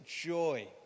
joy